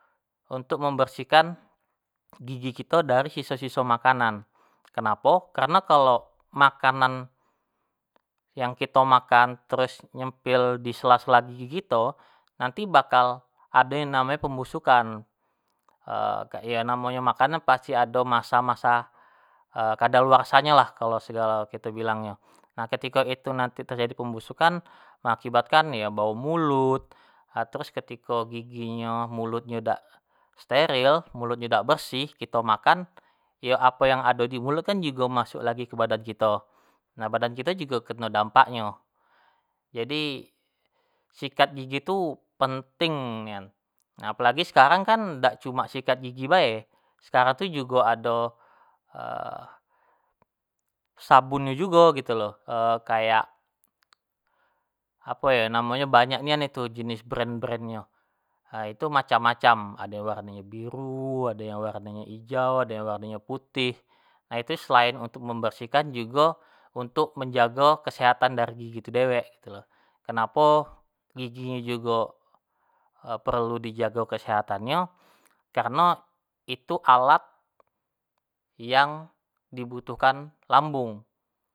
Untuk membersihkan gigi kito dari siso-siso makanan, kenapo, karena kalo makanan yang kito makan, terus nyempil, di sela-sela gigi kito, nanti bakal ado yang namonyo pembusukan yang namonyo makanan, pasti ado masa-masa kadaluarsa nyo lah, kalo segalo kito bilang nyo, nah ketiko itu nanti terjadi pembusukan, mengakibatkan yo bau mulut, atau terus ketiko giginyo mulutnyo dak steril, mulutnyo dak bersih kito makan, yo apo yang ado di mulut kan jugo masuk lagi ke badan kito, nah badan kito jugo keno dampaknyo, jadi sikat gigi tu penting nian, apolagi sekaranga dak cuma sikat gigi bae, sekarang tu jugo ado sahun nyo jugo gitu lo, kayak, apo yo namonyo, banyak nian itu jenis brand-brand nyo, nah itu macam-macam, ado itu yang warno nyo biru, ado yang warno nyo hijau, ado yang warno nyo putih, nah itu elain untuk mebersihkan jugo untuk menjago kesehatan dari gigi tu dewek gitu lo, kenapo gigi nyo jugo perlu di jago kesehatan nyo, kareno untuk alat yang di butuhkan lambung.